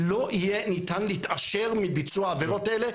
שלא יהיה ניתן להתעשר מביצוע העבירות האלה,